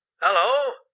Hello